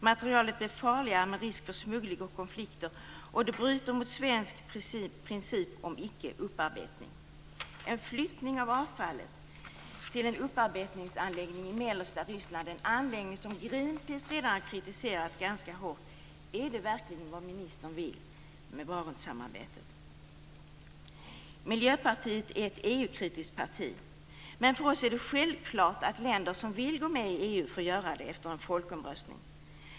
Materialet blir farligare, med risk för smuggling och konflikter, och det bryter mot svensk princip om icke-upparbetning. Är en flyttning av avfallet till en upparbetningsanläggning i mellersta Ryssland - en anläggning som Greenpeace har kritiserat hårt - vad ministern vill med Barentssamarbetet? Miljöpartiet är ett EU-kritiskt parti. Men för oss är det självklart att länder som vill gå med i EU får göra det efter en folkomröstning.